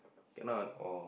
cannot